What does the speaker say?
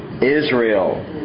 Israel